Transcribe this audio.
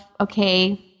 okay